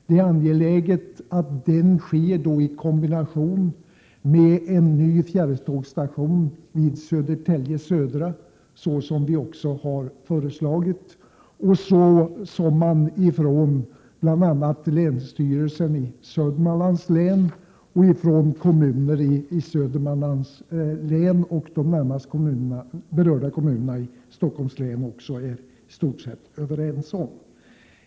Det är angeläget att utbyggnaden sker i kombination med bygget av en ny fjärrtågsstation vid Södertälje Södra, såsom vi har föreslagit och som bl.a. länsstyrelsen och berörda kommuner i Södermanlands län samt de närmast berörda kommunerna i Stockholms län är i stort sett överens om.